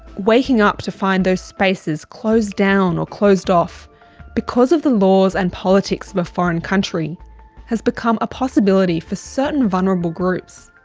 waking up to find those spaces closed down or closed off because of the laws and politics of a foreign country has become a possibility for certain vulnerable groups.